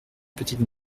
petite